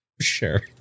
Sure